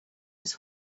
his